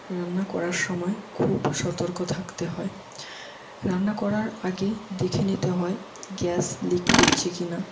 রান্না করার সময় খুব সতর্ক থাকতে হয় রান্না করার আগে দেখে নিতে হয় গ্যাস লিক করছে কি না